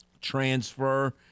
Transfer